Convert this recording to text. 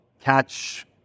catch